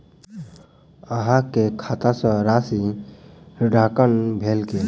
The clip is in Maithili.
अहाँ के खाता सॅ राशि ऋणांकन भेल की?